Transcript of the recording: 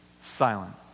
silent